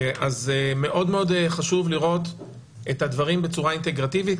אז חשוב מאוד לראות את הדברים בצורה אינטגרטיבית,